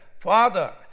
Father